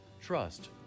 Trust